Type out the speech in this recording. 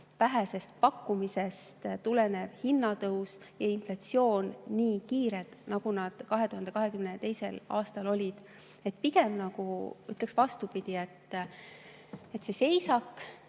vähesest pakkumisest tulenev hinnatõus ja inflatsioon nii kiired, nagu nad 2022. aastal olid. Pigem ütleks vastupidi, et see seisak